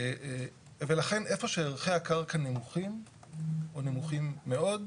ולכן איפה שערכי הקרקע נמוכים או נמוכים מאוד,